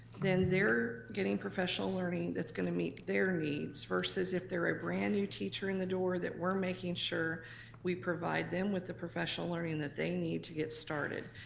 then they're getting professional learning that's gonna meet their needs, versus if they're a brand new teacher in the door, that we're making sure we provide them with the professional learning that they need to get started.